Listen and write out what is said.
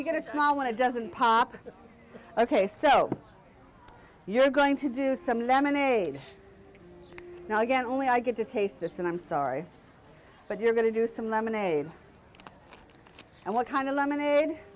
you get a small one it doesn't pop ok so you're going to do some lemonade now again only i get to taste this and i'm sorry but you're going to do some lemonade and what kind of lemonade